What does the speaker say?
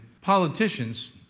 politicians